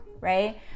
right